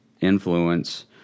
influence